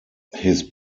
his